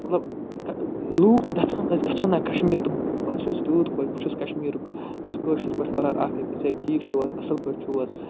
مطلب لوٗکھ چھِ یَژھان أسۍ گَژھو نا کشمیٖر تہٕ بہٕ حظ چھُس تیوٗت خۄش بہٕ چھُس کشمیٖرُک بہٕ چھُس کٲشِرۍ پٲٹھۍ وَنان اکھ أکِس ہَے ٹھیٖک چھُو حظ اَصٕل پٲٹھۍ چھُو حظ